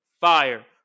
fire